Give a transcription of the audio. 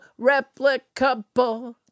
replicable